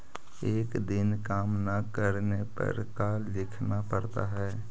एक दिन काम न करने पर का लिखना पड़ता है?